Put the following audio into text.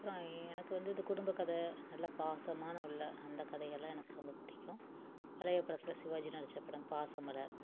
அப்புறம் எனக்கு வந்து இந்த குடும்ப கதை நல்ல பாசமான உள்ள அந்த கதைகள்லாம் ரொம்ப பிடிக்கும் பழைய படத்தில் சிவாஜி நடிச்ச படம் பாசமலர்